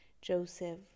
joseph